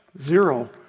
Zero